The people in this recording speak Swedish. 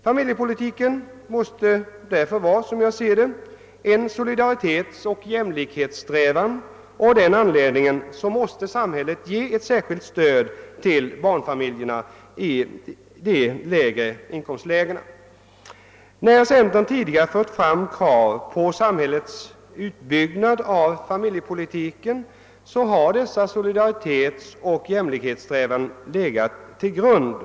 Familjepolitiken måste därför — som jag ser saken — vara en solidaritetsoch jämlikhetssträvan, och av denna anledning måste samhället ge ett särskilt stöd till barnfamiljerna i de lägre inkomstlägena. När centerpartiet tidigare fört fram krav på samhällets utbyggnad av familjepolitiken, har dessa solidaritetsoch jämlikhetssträvanden legat till grund.